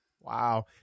Wow